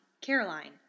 Caroline